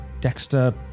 Dexter